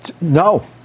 No